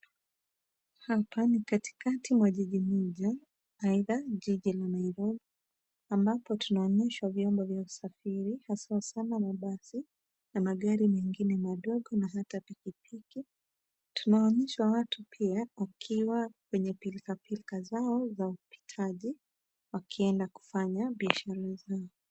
Hapa ni katikati mwa jiji moja aidha jiji la Nairobi ambavyo tunaonyeshwa vyombo vya usafiri haswa sana mabasi na magari mengine madogo na hata pikipiki. Tunaonyeshwa watu pia wakiwa kwenye pilka pilka zao za upitaji wakienda kufanya biashara zao.